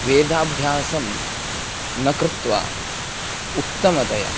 वेदाभ्यासं न कृत्वा उत्तमतया